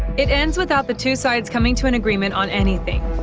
it ends without the two sides coming to an agreement on anything.